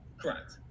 correct